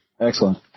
Excellent